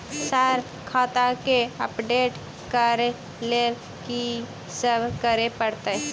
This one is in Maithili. सर खाता केँ अपडेट करऽ लेल की सब करै परतै?